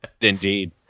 indeed